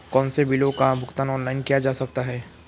कौनसे बिलों का भुगतान ऑनलाइन किया जा सकता है?